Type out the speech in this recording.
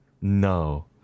no